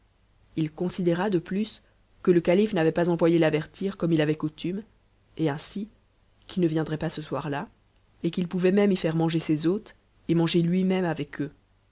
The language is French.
il considéra de plus que le calife n'avait pas envoyé l'avertir comme il avait coutume et ainsi qu'il ne viendrait pas ce soir-là et qu'il pouvait même y faire manger ses hôtes et manger lui-même avec eux